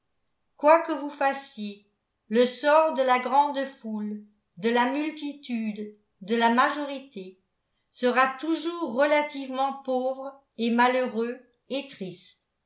quoi que vous fassiez le sort de la grande foule de la multitude de la majorité sera toujours relativement pauvre et malheureux et triste